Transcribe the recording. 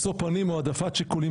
משוא פנים והעדפת שיקולים